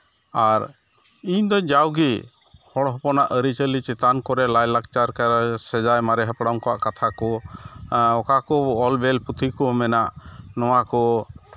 ᱟᱨ ᱤᱧᱫᱚ ᱡᱟᱣᱜᱮ ᱦᱚᱲ ᱦᱚᱯᱚᱱᱟᱜ ᱟᱹᱨᱤᱼᱪᱟᱹᱞᱤ ᱪᱮᱛᱟᱱ ᱠᱚᱨᱮ ᱞᱟᱭᱼᱞᱟᱠᱪᱟᱨ ᱥᱮᱫᱟᱭ ᱢᱟᱮ ᱦᱟᱯᱲᱟᱢ ᱠᱚᱣᱟᱜ ᱠᱟᱛᱷᱟ ᱠᱚ ᱚᱠᱟ ᱠᱚ ᱚᱞ ᱵᱮᱞ ᱯᱩᱛᱷᱤ ᱠᱚ ᱢᱮᱱᱟᱜ ᱱᱚᱣᱟ ᱠᱚ